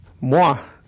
moi